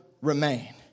remain